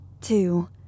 Two